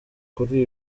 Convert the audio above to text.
kuri